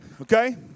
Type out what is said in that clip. Okay